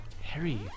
Harry